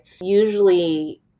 usually